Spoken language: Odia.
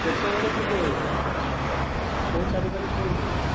କେତେବେଳେ ଯିବେ କୋଉ ତାରିଖରେ କୁହନ୍ତୁ